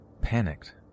panicked